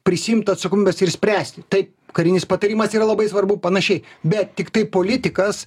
prisiimt atsakomybės ir spręsti taip karinis patarimas yra labai svarbu panašiai bet tiktai politikas